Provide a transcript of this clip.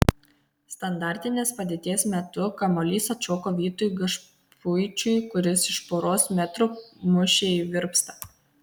standartinės padėties metu kamuolys atšoko vytui gašpuičiui kuris iš poros metrų mušė į virpstą